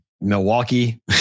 Milwaukee